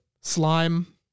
Slime